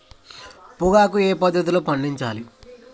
పొగాకు ఏ పద్ధతిలో పండించాలి?